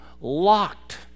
locked